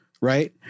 Right